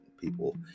people